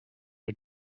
are